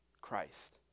Christ